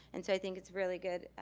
and so i think it's really good.